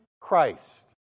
Christ